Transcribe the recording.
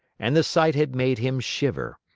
and the sight had made him shiver.